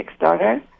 Kickstarter